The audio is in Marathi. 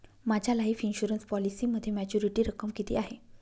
माझ्या लाईफ इन्शुरन्स पॉलिसीमध्ये मॅच्युरिटी रक्कम किती आहे?